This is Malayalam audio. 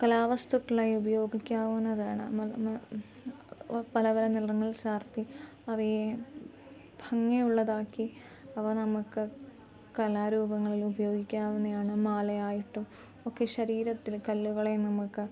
കലാവസ്തുക്കളായി ഉപയോഗിക്കാവുന്നതാണ് പല പല നിറങ്ങൾ ചാർത്തി അവയെ ഭംഗിയുള്ളതാക്കി അവ നമുക്ക് കലാരൂപങ്ങളിൽ ഉപയോഗിക്കാവുന്നതാണ് മാലയായിട്ടും ഒക്കെ ശരീരത്തിന് കല്ലുകളെ നമുക്ക്